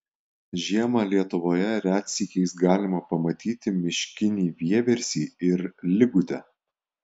žiemą lietuvoje retsykiais galima pamatyti miškinį vieversį ir ligutę